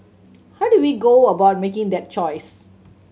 how do we go about making that choice